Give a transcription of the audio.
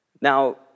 Now